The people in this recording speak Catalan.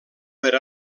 per